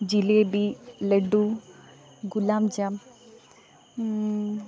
jalebi laddu gulab jamun